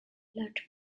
large